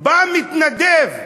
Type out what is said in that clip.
בא, מתנדב,